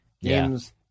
games